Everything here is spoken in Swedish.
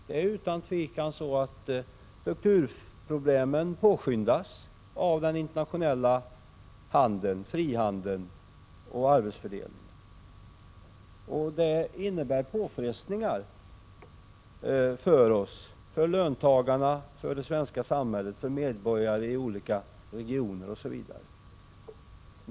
Det är utan tvivel så att strukturproblemen påskyndas av den internationella handeln, frihandeln och arbetsfördelningen. Detta innebär påfrestningar för oss: För löntagarna, för det svenska samhället, för medborgare i olika regioner.